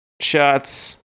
shots